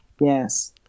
yes